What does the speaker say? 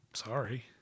Sorry